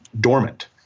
dormant